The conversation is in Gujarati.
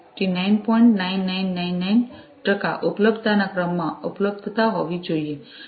9999 ટકા ઉપલબ્ધતાના ક્રમમાં ઉપલબ્ધતા હોવી જોઈએ